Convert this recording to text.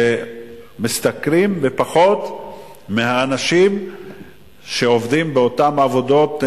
שמשתכרים פחות מאנשים שעובדים באותן עבודות,